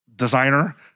designer